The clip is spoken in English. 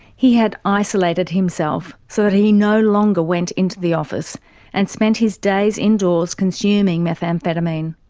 he had isolated himself so that he no longer went into the office and spent his days indoors consuming methamphetamine.